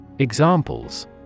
Examples